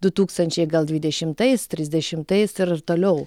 du tūkstančiai gal dvidešimtais trisdešimtais ir toliau